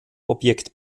objekt